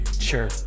Sure